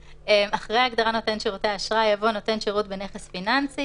אחרי ההגדרה "נותן שירותי אשראי" יבוא: ""נותן שירות בנכס פיננסי"